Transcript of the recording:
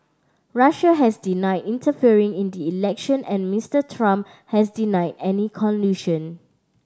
Russia has denied interfering in the election and Mister Trump has denied any collusion